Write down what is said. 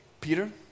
Peter